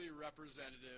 representative